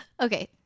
Okay